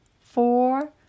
four